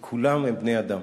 כי כולם הם בני-אדם.